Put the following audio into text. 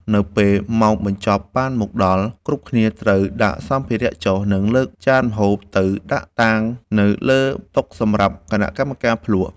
នៅពេលម៉ោងបញ្ចប់បានមកដល់ គ្រប់គ្នាត្រូវដាក់សម្ភារៈចុះ និងលើកចានម្ហូបទៅដាក់តាំងនៅលើតុសម្រាប់គណៈកម្មការភ្លក្ស។